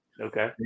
Okay